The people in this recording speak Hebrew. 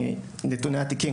נתוני התיקים,